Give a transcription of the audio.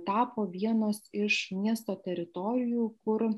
tapo vienos iš miesto teritorijų kur